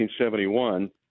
1971